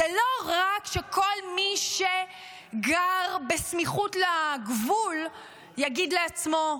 זה לא רק שכל מי שגר בסמיכות לגבול יגיד לעצמו,